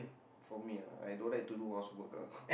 for me ah I don't like to do housework ah